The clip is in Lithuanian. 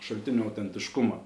šaltinių autentiškumą